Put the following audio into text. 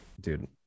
Dude